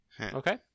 Okay